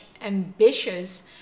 ambitious